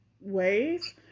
ways